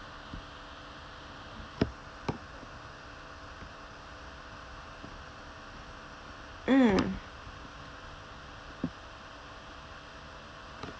mm